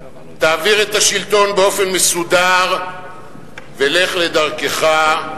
תעביר את השלטון באופן מסודר ולך לדרכך,